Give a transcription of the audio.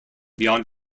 beyond